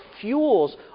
fuels